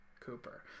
cooper